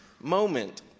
moment